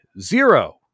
zero